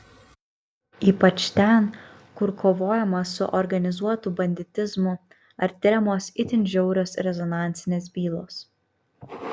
ypač ten kur kovojama su organizuotu banditizmu ar tiriamos itin žiaurios rezonansinės bylos